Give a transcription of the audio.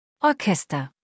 Orchester